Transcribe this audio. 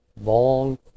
long